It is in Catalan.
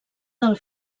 del